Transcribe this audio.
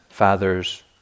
father's